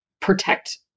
protect